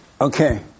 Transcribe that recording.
Okay